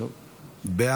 והרווחה נתקבלה.